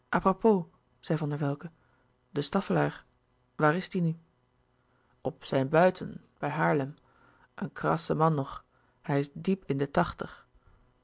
zei van der welcke de staffelaer waar is die nu op zijn buiten bij haarlem een krasse man nog hij is diep in de tachtig